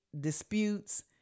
disputes